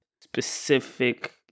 specific